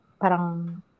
parang